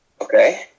Okay